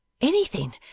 Anything